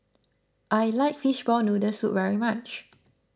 I like Fishball Noodle Soup very much